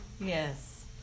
Yes